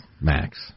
max